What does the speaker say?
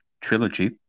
trilogy